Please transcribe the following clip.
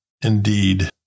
indeed